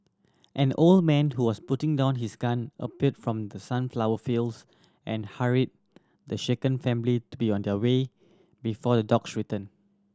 an old man who was putting down his gun appeared from the sunflower fields and hurried the shaken family to be on their way before the dogs return